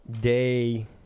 day